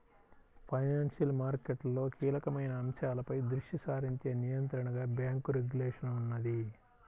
financial మార్కెట్లలో కీలకమైన అంశాలపై దృష్టి సారించే నియంత్రణగా బ్యేంకు రెగ్యులేషన్ ఉన్నది